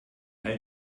all